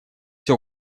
все